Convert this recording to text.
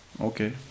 okay